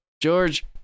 George